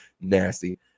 nasty